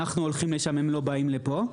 אנחנו הולכים לשם, הם לא באים לפה.